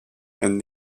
and